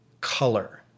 color